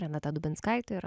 renata dubinskaitė ir